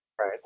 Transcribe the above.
Right